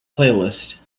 playlist